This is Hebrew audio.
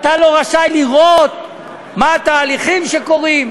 אתה לא רשאי לראות מה התהליכים שקורים.